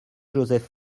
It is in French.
joseph